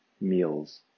meals